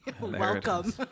Welcome